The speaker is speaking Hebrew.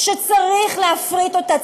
שצריך להפריט אותה,